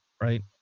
right